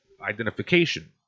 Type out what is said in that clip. identification